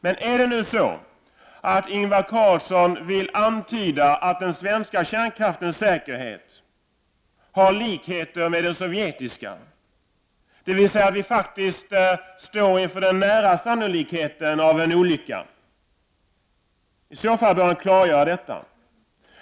Men om Ingvar Carlsson vill antyda att den svenska kärnkraftens säkerhet har likheter med den sovjetiska, dvs. att vi faktiskt står inför sannolikheten av en nära förestående olycka, bör han i så fall klargöra detta.